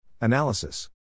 Analysis